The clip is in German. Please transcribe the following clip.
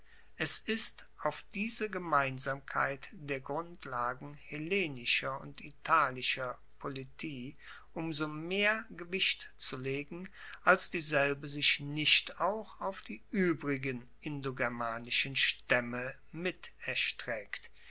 es ist auf diese gemeinsamkeit der grundlagen hellenischer und italischer politie um so mehr gewicht zu legen als dieselbe sich nicht auch auf die uebrigen indogermanischen staemme mit erstreckt